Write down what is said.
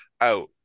out